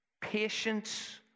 patience